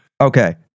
Okay